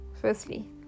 Firstly